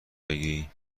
بگی